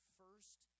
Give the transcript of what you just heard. first